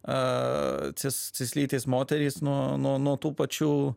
a cis cislytės moterys nuo nuo nuo tų pačių